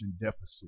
deficit